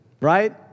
right